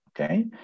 Okay